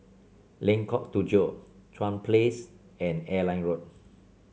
Lengkok Tujoh Chuan Place and Airline Road